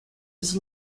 was